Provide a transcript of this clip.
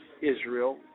Israel